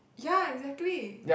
ya exactly